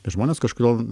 bet žmonės kažkodėl